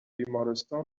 بیمارستان